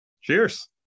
Cheers